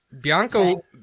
Bianco